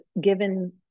given